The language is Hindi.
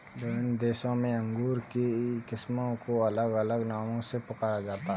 विभिन्न देशों में अंगूर की किस्मों को अलग अलग नामों से पुकारा जाता है